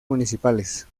municipales